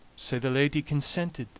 so the lady consented